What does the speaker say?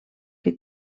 que